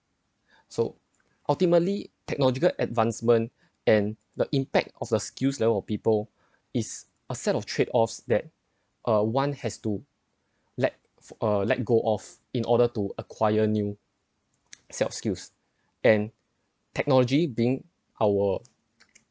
so ultimately technological advancement and the impact of the skills level of people is a set of trade offs that uh one has to let uh let go off in order to acquire new set of skills and technology being our